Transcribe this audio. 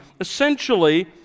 essentially